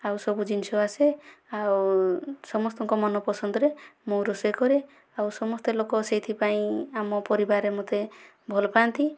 ଆଉ ସବୁ ଜିନିଷ ଆସେ ଆଉ ସମସ୍ତଙ୍କ ମନପସନ୍ଦରେ ମୁଁ ରୋଷେଇ କରେ ଆଉ ସମସ୍ତେ ଲୋକ ସେଇଥିପାଇଁ ଆମ ପରିବାରରେ ମୋତେ ଭଲ ପାଆନ୍ତି